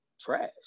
trash